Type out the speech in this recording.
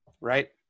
Right